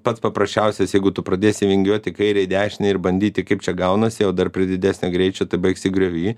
pats paprasčiausias jeigu tu pradėsi vingiuot į kairę į dešinę ir bandyti kaip čia gaunasi o dar prie didesnio greičio tai baigsi griovy